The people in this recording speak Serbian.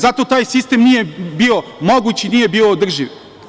Zato taj sistem nije bio moguć i nije bio održiv.